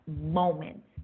moment